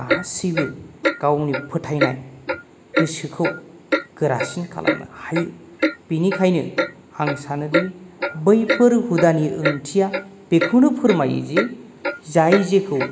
गासैबो गावनि फोथायनाय गोसोखौ गोरासिन खालामनो हायो बिनिखायनो आं सानोदि बैफोर हुदानि ओंथिया बेखौनो फोरमायो दि जाय जेखौ